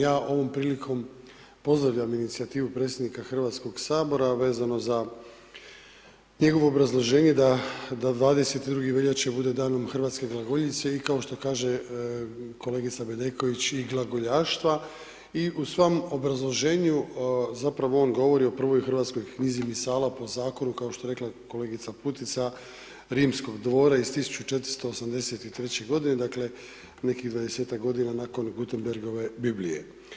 Ja ovom prilikom pozdravljam inicijativu predsjednika Hrvatskog sabora a vezano za njegovo obrazloženje da 22. veljače bude Danom hrvatske glagoljice i kao što kaže kolega Bedeković, i glagoljaštva i u svom obrazloženju zapravo on govori o prvoj hrvatskoj knjizi Misala po zakonu kao što je rekla kolegica Putica, Rimskog dvora iz 1483. g., dakle nekih 20-ak godina nakon Gutenbergove Biblije.